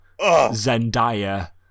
Zendaya